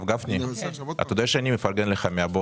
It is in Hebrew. אתה יודע שאני מפרגן לך,